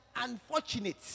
unfortunate